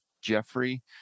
jeffrey